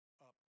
up